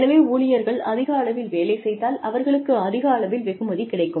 எனவே ஊழியர்கள் அதிக அளவில் வேலை செய்தால் அவர்களுக்கு அதிக அளவில் வெகுமதி கிடைக்கும்